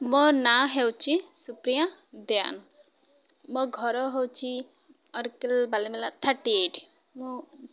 ମୋ ନାଁ ହେଉଛି ସୁପ୍ରିୟା ଦାନ ମୋ ଘର ହେଉଛି ଅର୍କଲ ବାଲମେଲା ଥାର୍ଟି ଏଇଟ୍ ମୁଁ ସେ